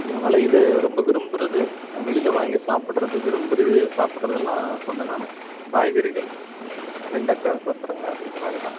அதனால் இதை ரொம்ப விரும்புறது வெளியில் வாங்கி சாப்பிட்றது விரும்பி சாப்பிட்றதெல்லாம் சொன்னேன் நான் காய்கறிகள் வெண்டைக்கா கொத்தவரங்கா இது மாதிரி தான்